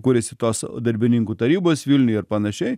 kuriasi tos darbininkų tarybos vilniuje ir panašiai